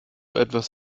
etwas